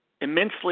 immensely